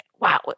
wow